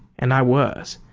and i was,